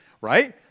Right